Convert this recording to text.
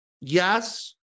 yes